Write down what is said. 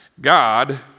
God